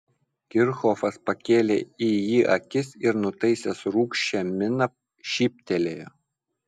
kirchhofas pakėlė į jį akis ir nutaisęs rūgščią miną šyptelėjo